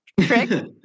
trick